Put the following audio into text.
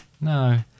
No